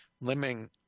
limiting